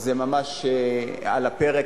- זה ממש על הפרק.